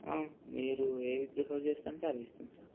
మీరు ఏవి ప్రిఫర్ చేస్తాను అంటే అవి ఇస్తాం సార్